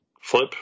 Flip